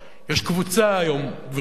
יש קבוצה היום, גברתי,